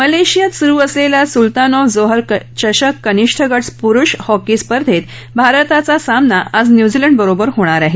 मलेशियात सुरु असलेल्या सुलतान ऑफ जोहोर चषक कनिष्ठ गट पुरुष हॉकी स्पर्धेत भारताचा सामना आज न्यूझीलंड बरोबर होणार आहे